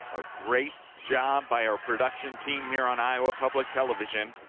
a great job by our production team here on iowa public television,